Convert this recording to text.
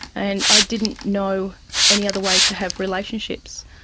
and i didn't know any other way to have relationships.